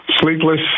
sleepless